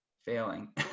failing